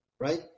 Right